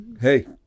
hey